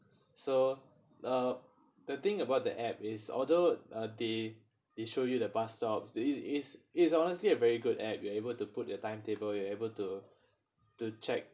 so uh the thing about the app is although uh they they show you the bus stops it's it's it's honestly a very good app we're able to put the timetable we're able to to check